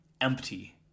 empty